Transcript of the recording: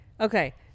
okay